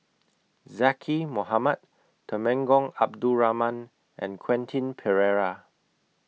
Zaqy Mohamad Temenggong Abdul Rahman and Quentin Pereira